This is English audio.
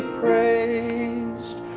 praised